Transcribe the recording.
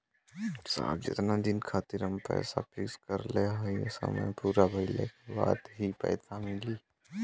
साहब जेतना दिन खातिर हम पैसा फिक्स करले हई समय पूरा भइले के बाद ही मिली पैसा?